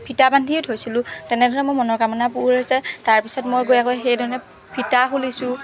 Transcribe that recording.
ফিটা বান্ধিয়েই থৈছিলো তেনেদৰে মোৰ মনৰ কামনা পূৰ হৈছে তাৰপিছত মই গৈ আকৌ সেইধৰণে ফিটা খুলিছো